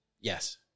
Yes